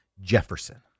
Jefferson